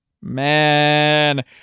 Man